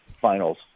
finals